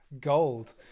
gold